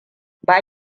ba